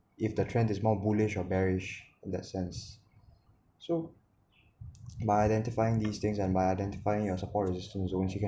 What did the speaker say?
if the trend is more bullish or bearish that sense so by identifying these things and by identifying your support resistance zones